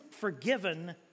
forgiven